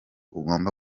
ugomba